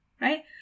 right